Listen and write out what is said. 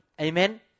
Amen